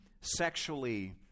sexually